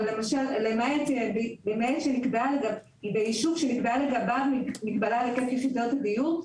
אבל למעט באישור שנקבעה לגביה מגבלה ליחידות דיור,